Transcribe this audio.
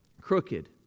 Crooked